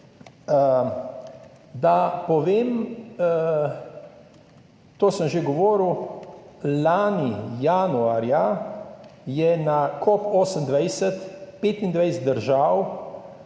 Naj povem, o tem sem že govoril, lani januarja je na COP28 25 držav